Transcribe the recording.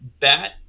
Bat